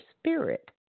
spirit